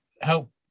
help